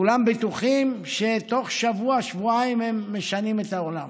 כולם בטוחים שתוך שבוע-שבועיים הם משנים את העולם,